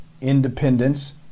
independence